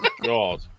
God